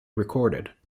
recorded